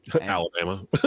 Alabama